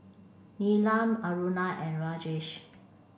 Neelam Aruna and Rajesh